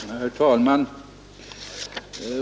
Herr talman!